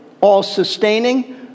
all-sustaining